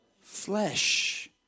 flesh